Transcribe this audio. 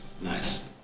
nice